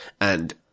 and-